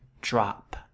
Drop